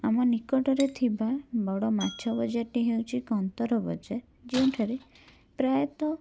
ଆମ ନିକଟରେ ଥିବା ବଡ଼ ମାଛ ବଜାର ଟି ହେଉଛି କନ୍ତର ବଜାର ଯେଉଁଠାରେ ପ୍ରାୟତଃ